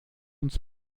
uns